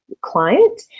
client